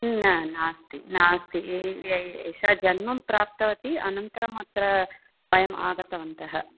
न नास्ति नास्ति एषा जन्मं प्राप्तवती अनन्तरम् अत्र वयम् आगतवन्तः